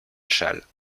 chasles